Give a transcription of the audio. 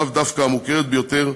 לאו דווקא המוכרת ביותר,